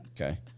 Okay